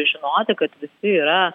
žinoti kad visi yra